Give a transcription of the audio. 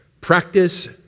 Practice